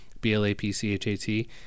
b-l-a-p-c-h-a-t